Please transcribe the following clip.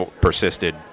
persisted